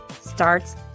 starts